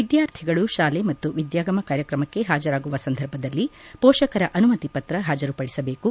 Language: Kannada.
ವಿದ್ಯಾರ್ಥಿಗಳು ಶಾಲೆ ಮತ್ತು ವಿದ್ಯಾಗಮ ಕಾರ್ಯಕ್ರಮಕ್ಕೆ ಹಾಜರಾಗುವ ಸಂದರ್ಭದಲ್ಲಿ ಮೋಷಕರ ಅನುಮತಿ ಪತ್ರ ಹಾಜರುಪಡಿಸಬೇಕು